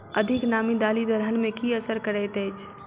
अधिक नामी दालि दलहन मे की असर करैत अछि?